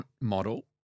model